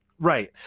Right